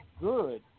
good